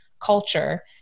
culture